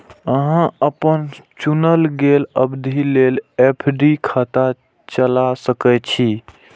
अहां अपन चुनल गेल अवधि लेल एफ.डी खाता चला सकै छी